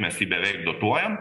mes jį beveik dotuojam